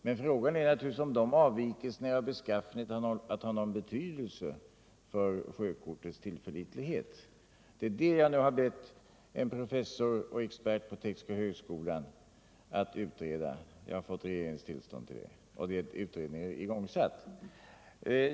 Men frågan är naturligtvis om avvikelserna är av den beskaffenheten au de har någon betydelse för sjökortets ullförlitlighet. Det är det som jag har fått regeringens tillstånd att be en professor och expert på Tekniska högskolan att utreda. Utredningen är också igångsatt.